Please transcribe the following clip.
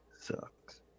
sucks